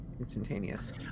Instantaneous